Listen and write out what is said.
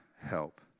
help